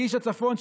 כאיש הצפון,